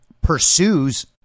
pursues